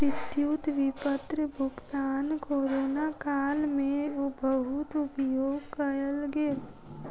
विद्युत विपत्र भुगतान कोरोना काल में बहुत उपयोग कयल गेल